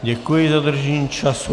Děkuji za dodržení času.